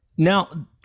Now